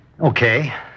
Okay